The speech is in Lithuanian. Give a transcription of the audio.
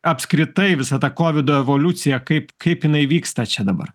apskritai visa ta kovido evoliucija kaip kaip jinai vyksta čia dabar